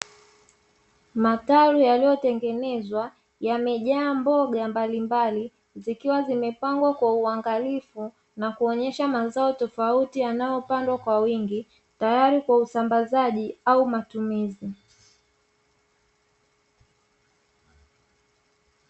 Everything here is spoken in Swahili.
Matalu yaliyotengenezwa yamejaa mboga mbalimbali zikiwa zimepangwa kwa uangalifu na kuonyesha mazao tofauti yanayopandwa kwa wingi, tayari kwa usambazaji au matumizi.